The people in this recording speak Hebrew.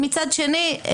ומצד שני,